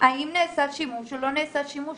האם נעשה שימוש או לא נעשה שימוש,